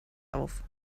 auf